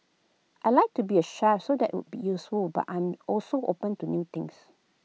I'd like to be A chef so that would be useful but I'm also open to new things